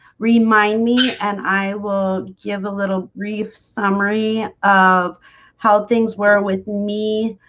remind me and i will give a little brief summary of how things were with me